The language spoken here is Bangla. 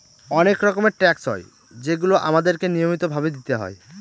অনেক রকমের ট্যাক্স হয় যেগুলো আমাদেরকে নিয়মিত ভাবে দিতে হয়